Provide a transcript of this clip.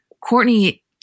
Courtney